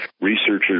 Researchers